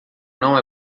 não